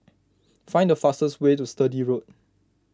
find the fastest way to Sturdee Road